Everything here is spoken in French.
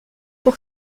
pour